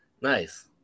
Nice